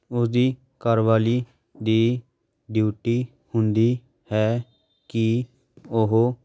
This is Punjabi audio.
ਉਹਦੀ ਘਰਵਾਲੀ ਦੀ ਡਿਊਟੀ ਹੁੰਦੀ ਹੈ ਕਿ ਉਹ